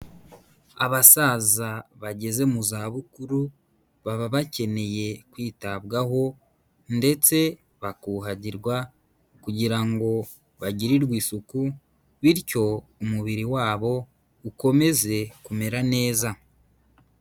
Abasaza bageze mu zabukuru baba bakeneye kwitabwaho ndetse bakuhagirwa kugira ngo bagirirwe isuku bityo umubiri wabo ukomeze kumera neza.